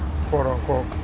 quote-unquote